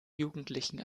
jugendlichen